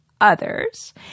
others